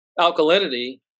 alkalinity